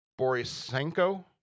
Borisenko